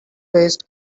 faced